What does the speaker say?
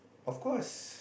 of course